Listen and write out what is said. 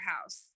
house